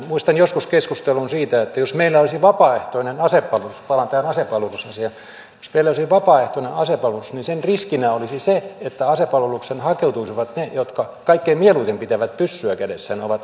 muistan joskus keskustelun siitä että jos meillä olisi vapaaehtoinen asepalvelus palaan tähän asepalvelusasiaan niin sen riskinä olisi se että asepalvelukseen hakeutuisivat ne jotka kaikkein mieluiten pitävät pyssyä kädessään ovat ikään kuin sotahulluja